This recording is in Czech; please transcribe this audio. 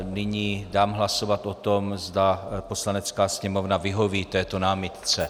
Nyní dám hlasovat o tom, zda Poslanecká sněmovna vyhoví této námitce.